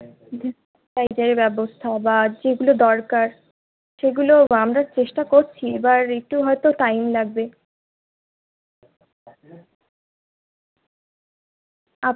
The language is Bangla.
স্যানিটারি ব্যবস্থা বা যেগুলো দরকার সেগুলো আমরা চেষ্টা করছি এবার একটু হয়তো টাইম লাগবে আপ